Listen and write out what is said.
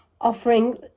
offering